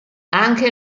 anche